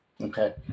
Okay